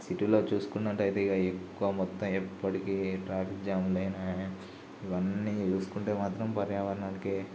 సిటీలో చూసుకున్నట్టయితే ఇక ఎక్కువ మొత్తం ఎప్పడికి ట్రాఫిక్ జాం లేని ఇవన్నీ చూసుకుంటే మాత్రం పర్యావరణానికి